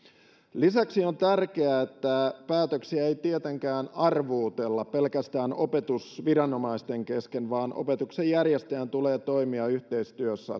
lisäksi on tärkeää että päätöksiä ei tietenkään arvuutella pelkästään opetusviranomaisten kesken vaan opetuksen järjestäjän tulee toimia yhteistyössä